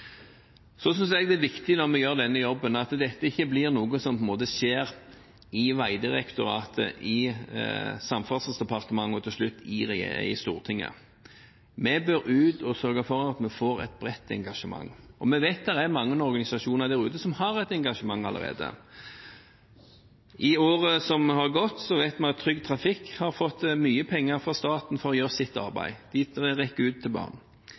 Når vi gjør denne jobben, synes jeg også det er viktig at dette ikke blir noe som skjer i Vegdirektoratet, i Samferdselsdepartementet og til slutt i Stortinget. Vi bør ut og sørge for at vi får et bredt engasjement, og vi vet at det er mange organisasjoner der ute som har et engasjement allerede. I året som har gått, vet vi at Trygg Trafikk har fått mye penger fra staten til å gjøre sitt arbeid. De når ut til barn.